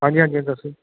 ਹਾਂਜੀ ਹਾਂਜੀ ਹਾਂਜੀ ਦੱਸੋ